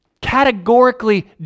categorically